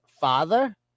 father